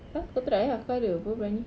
entah kau try ah kau ada apa briyani